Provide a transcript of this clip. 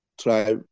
try